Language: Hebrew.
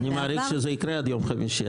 אני מעריך שזה יקרה עד יום חמישי.